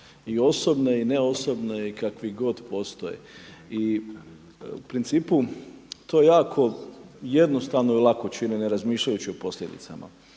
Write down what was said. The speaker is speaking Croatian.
i osobne i ne osobne i kakvi god postoje. I u principu to jako i jednostavno i lako čine ne razmišljajući o posljedicama.